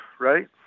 right